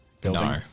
building